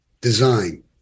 design